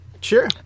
Sure